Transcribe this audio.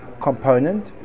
component